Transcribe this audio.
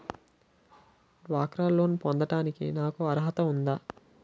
డ్వాక్రా లోన్ పొందటానికి నాకు అర్హత ఉందా?